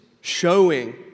Showing